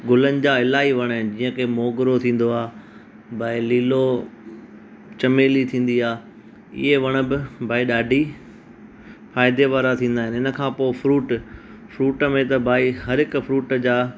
गुलनि जा इलाही वण आहिनि जीअं की मोगरो थींदो आहे भई लीलो चमेली थींदी आहे इए वण बि भई ॾाढी फ़ाइदेवारा थींदा आहिनि हिन खां पोइ फ्रूट फ्रूट में त भाई हर हिक फ्रूट जा